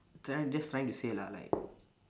try just trying to say lah like